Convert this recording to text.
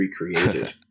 recreated